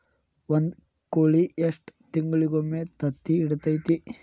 ಒಂದ್ ಕೋಳಿ ಎಷ್ಟ ತಿಂಗಳಿಗೊಮ್ಮೆ ತತ್ತಿ ಇಡತೈತಿ?